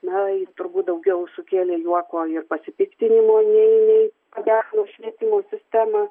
na ji turbūt daugiau sukėlė juoko ir pasipiktinimo nei nei pagerino švietimo sistemą